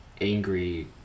angry